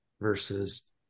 versus